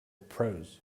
prose